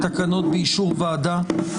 בתקנות באישור ועדה?